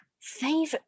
Favorite